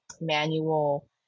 manual